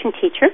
teacher